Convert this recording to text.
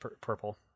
purple